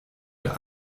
der